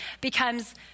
becomes